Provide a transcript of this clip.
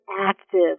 active